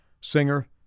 singer